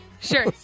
sure